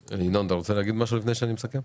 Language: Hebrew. ינון, אתה רוצה להגיד משהו לפני שאני מסכם?